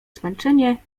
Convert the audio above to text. zmęczenie